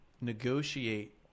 negotiate